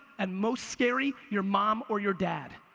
and most scary, your mom or your dad.